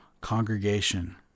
congregation